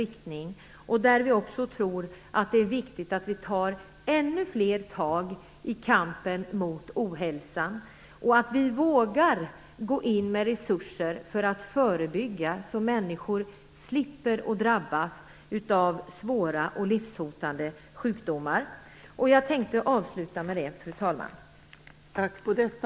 Vi tror också att det är viktigt att vi tar ännu fler tag i kampen mot ohälsan, och att vi vågar gå in med resurser för att förebygga, så att människor slipper drabbas av svåra, livshotande sjukdomar. Med det, fru talman, tänkte jag avsluta.